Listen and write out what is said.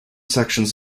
sections